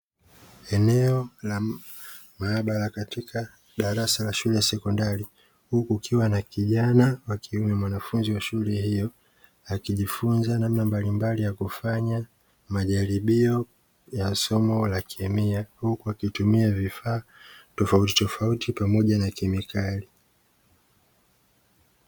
Eneo la maabara katika darasa la shule ya sekondari huku kukiwa na kijani wa kiume mwanafunzi wa shule hiyo, akijifunza namna mbalimbali ya kufanya majaribio ya somo la kemia, huku akitumia vifaa tofautitofauti pamoja na kemikali.